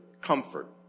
comfort